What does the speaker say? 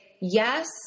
yes